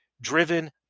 driven